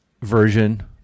version